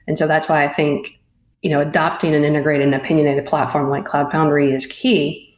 and so that's why i think you know adapting and integrating an opinionated platform, one, cloud foundry is key,